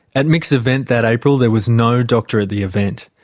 at mick's event that april, there was no doctor at the event.